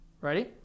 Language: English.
Ready